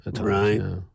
Right